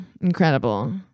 Incredible